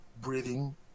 breathing